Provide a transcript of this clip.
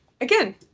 again